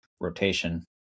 rotation